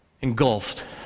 engulfed